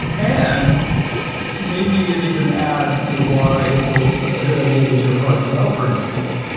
and maybe it even adds to why it's ah a good idea that you're a product developer in a field.